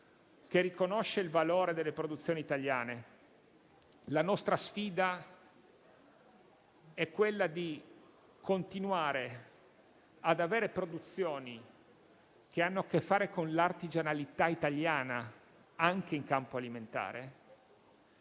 riconosce il valore delle produzioni italiane. La nostra sfida è non solo continuare ad avere produzioni che hanno a che fare con l'artigianalità italiana anche in campo alimentare,